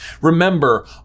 remember